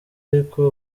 ariko